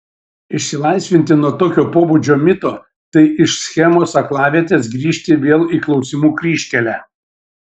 išsilaisvinti nuo tokio pobūdžio mito tai iš schemos aklavietės grįžti vėl į klausimų kryžkelę